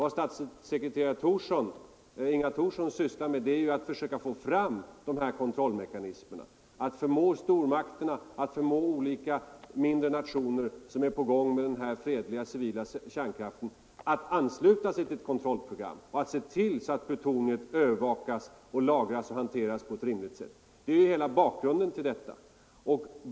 Vad statssekreterare Thorsson sysslar med är ju att försöka få fram sådana kontrollmekanismer och att förmå stormakterna och de olika mindre nationer som är i gång med den fredliga civila kärnkraften att ansluta sig till ett kontrollprogram och att se till att plutoniet övervakas, lagras och hanteras på ett rimligt sätt. — Det är ju hela bakgrunden till detta.